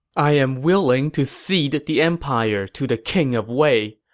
i am willing to cede the empire to the king of wei.